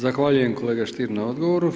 Zahvaljujem kolega Stier na odgovoru.